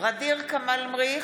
ע'דיר כמאל מריח,